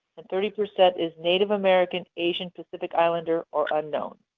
and thirty percent is native american, asian, pacific islander or unknown.